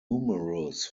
numerous